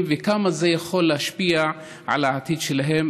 וכמה זה יכול להשפיע על העתיד שלהם.